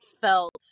felt